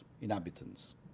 inhabitants